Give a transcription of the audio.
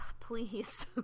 please